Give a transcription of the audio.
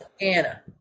anna